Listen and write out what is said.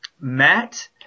Matt